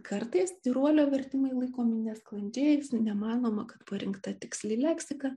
kartais tyruolio vertimai laikomi nesklandžiais nemanoma kad parinkta tiksli leksika